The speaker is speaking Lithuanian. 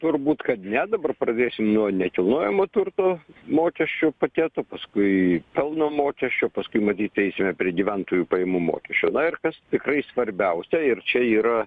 turbūt kad ne dabar pradėsim nuo nekilnojamo turto mokesčių paketo paskui pelno mokesčio paskui matyt eisime prie gyventojų pajamų mokesčio na ir kas tikrai svarbiausia ir čia yra